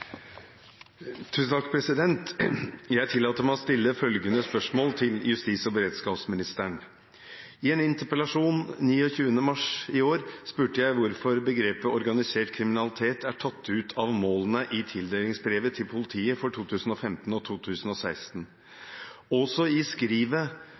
beredskapsministeren: «I en interpellasjon 29. mars spurte jeg hvorfor begrepet organisert kriminalitet er tatt ut av målene i tildelingsbrevet til politiet for 2015 og